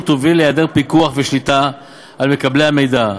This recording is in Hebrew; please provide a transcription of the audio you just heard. תוביל להיעדר פיקוח ושליטה על מקבלי המידע.